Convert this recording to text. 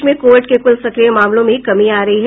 देश में कोविड के कुल सक्रिय मामलों में कमी आ रही है